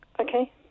Okay